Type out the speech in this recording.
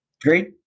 Great